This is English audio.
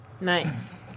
Nice